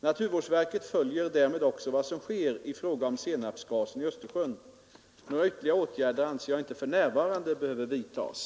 Naturvårdsverket följer därmed också vad som sker i fråga om senapsgasen i Östersjön. Några ytterligare åtgärder anser jag inte för närvarande behöva vidtas.